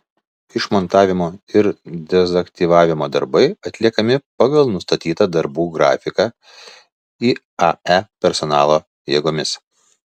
išmontavimo ir dezaktyvavimo darbai atliekami pagal nustatytą darbų grafiką iae personalo jėgomis